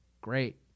Great